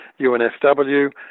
UNSW